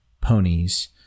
ponies